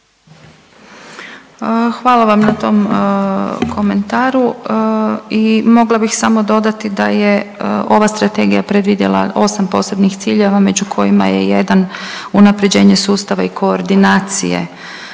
Hvala vam na tom komentaru i mogla bih samo dodati da je ova strategija predvidjela osam posebnih ciljeva među kojima je jedan unapređenje sustava i koordinacije